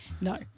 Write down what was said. No